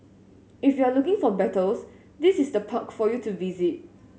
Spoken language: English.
if you're looking for battles this is the park for you to visit